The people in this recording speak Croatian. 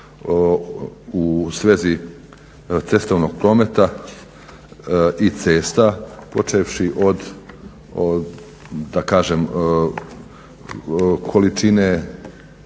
u svezi cestovnog prometa i cesta, počevši od količine